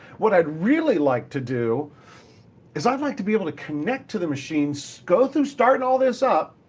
what i'd really like to do is i'd like to be able to connect to the machine, so go through, start all this up,